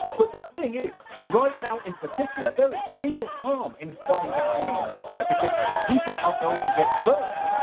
but the thing is, right now in particular, there is real harm in throwing gasoline on the fire because people are going to get burned,